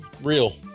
Real